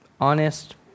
Honest